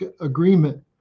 agreement